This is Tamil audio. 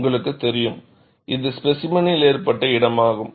உங்களுக்குத் தெரியும் இது ஸ்பேசிமென்னில் ஏற்றப்பட்ட இடமாகும்